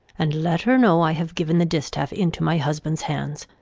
and let her know i have giv'n the distaff into my husband's hands.